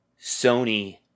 Sony